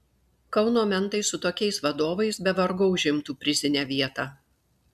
kauno mentai su tokiais vadovais be vargo užimtų prizinę vietą